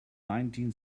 nineteen